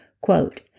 Quote